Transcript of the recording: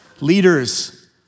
leaders